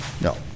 No